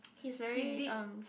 he's very um